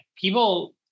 People